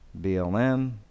BLM